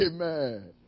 Amen